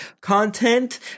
content